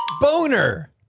Boner